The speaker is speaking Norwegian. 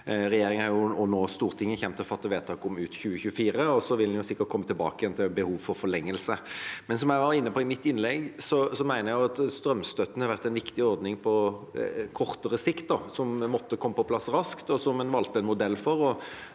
Stortinget kommer nå til å fatte vedtak om støtte ut 2024, og så vil en sikkert komme tilbake igjen til behov for forlengelse. Som jeg var inne på i mitt innlegg, mener jeg at strømstøtten har vært en viktig ordning på kortere sikt, noe som måtte komme på plass raskt, og som en valgte en modell for.